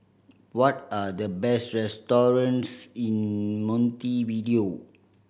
what are the best restaurants in Montevideo